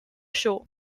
show